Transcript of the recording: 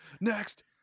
Next